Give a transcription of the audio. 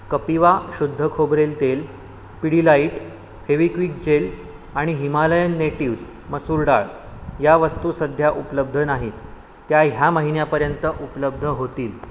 कपिवा शुद्ध खोबरेल तेल पिडीलाईट हेविक्विक जेल आणि हिमालयन नेटिव्स मसूर डाळ या वस्तू सध्या उपलब्ध नाहीत त्या ह्या महिन्यापर्यंत उपलब्ध होतील